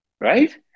Right